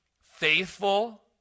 faithful